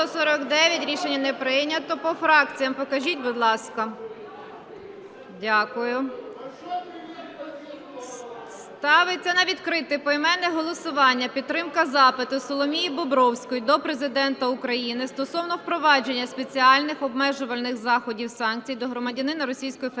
Рішення не прийнято. По фракціях покажіть, будь ласка. Дякую. Ставиться на відкрите поіменне голосування підтримка запиту Соломії Бобровської до Президента України стосовно впровадження спеціальних обмежувальних заходів (санкцій) до громадянина